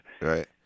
Right